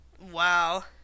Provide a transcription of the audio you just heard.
Wow